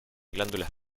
glándulas